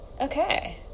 okay